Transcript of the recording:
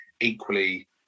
equally